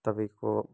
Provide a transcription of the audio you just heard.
तपाईँको